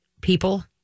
people